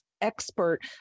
expert